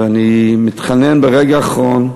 ואני מתחנן ברגע האחרון: